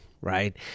right